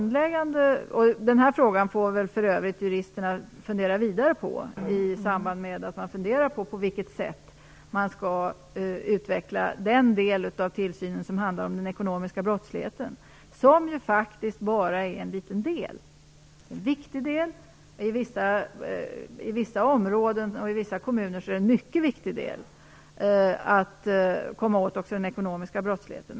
Den här frågan får väl juristerna för övrigt fundera vidare över i samband med att man överväger på vilket sätt den del av tillsynen skall utvecklas som handlar om den ekonomiska brottsligheten - som faktiskt bara är en liten del, men en viktig del. I vissa kommuner är det en viktig del att också komma åt den ekonomiska brottsligheten.